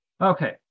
Okay